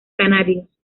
canarios